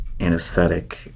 anesthetic